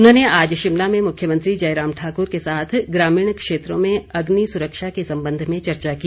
उन्होंने आज शिमला में मुख्यमंत्री जयराम ठाक्र के साथ ग्रामीण क्षेत्रों में अग्नि सुरक्षा के संबंध में चर्चा की